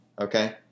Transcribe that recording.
Okay